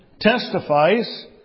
testifies